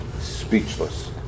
speechless